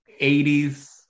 80s